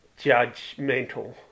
judgmental